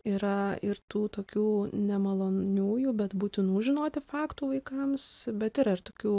yra ir tų tokių nemaloniųjų bet būtinų žinoti faktų vaikams bet yra ir tokių